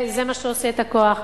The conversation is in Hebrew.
זה מה שעושה את הכוח.